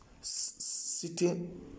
sitting